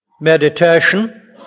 meditation